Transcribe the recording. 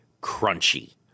crunchy